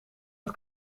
het